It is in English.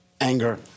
anger